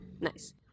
nice